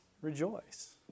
rejoice